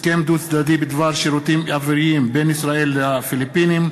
הסכם דו-צדדי בדבר שירותים אוויריים בין ישראל לפיליפינים,